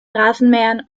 rasenmähern